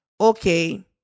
okay